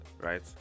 right